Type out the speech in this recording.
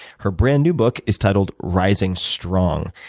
her brand new book is titled, rising strong.